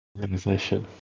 Organization